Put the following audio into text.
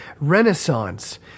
renaissance